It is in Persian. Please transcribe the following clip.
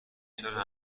چرا